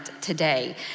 today